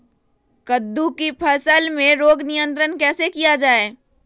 कददु की फसल में रोग नियंत्रण कैसे किया जाए?